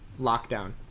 lockdown